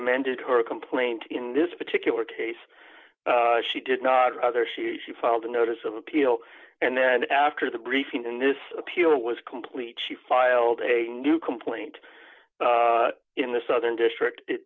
amended her complaint in this particular case she did not rather she filed a notice of appeal and then after the briefing in this appeal was complete she filed a new complaint in the southern district